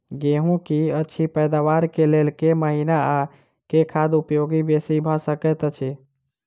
गेंहूँ की अछि पैदावार केँ लेल केँ महीना आ केँ खाद उपयोगी बेसी भऽ सकैत अछि?